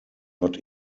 not